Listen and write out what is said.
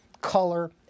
color